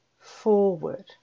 forward